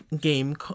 game